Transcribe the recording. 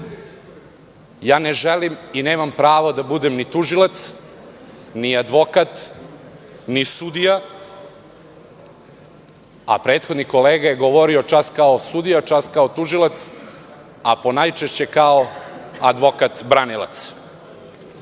želim i nemam pravo da budem ni tužilac, ni advokat, ni sudija, a prethodni kolega je govorio čas kao sudija, čas kao tužilac, a najčešće kao advokat branilac. Ono